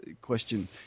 question